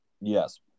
Yes